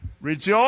Rejoice